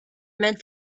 meant